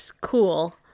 cool